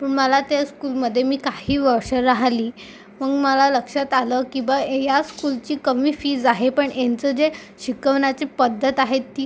पण मला त्या स्कूलमध्ये मी काही वर्षं राहिली मग मला लक्षात आलं की बा या स्कूलची कमी फीज आहे पण यांचं जे शिकवण्याची पद्धत आहे ती